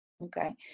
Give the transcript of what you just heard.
Okay